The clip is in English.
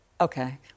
okay